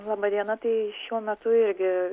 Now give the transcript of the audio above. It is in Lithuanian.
laba diena tai šiuo metu irgi